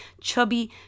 chubby